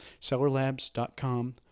Sellerlabs.com